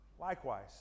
Likewise